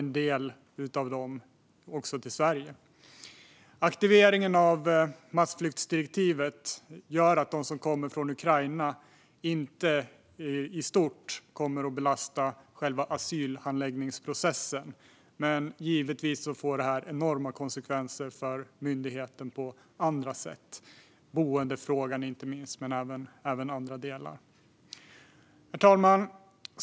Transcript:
En del av dem har också flytt till Sverige. Aktiveringen av massflyktsdirektivet gör att de som kommer från Ukraina inte kommer att belasta själva asylanläggningsprocessen i stort. Men givetvis får det enorma konsekvenser för myndigheten på andra sätt. Det gäller inte minst boendefrågan men även andra delar. Herr talman!